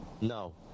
No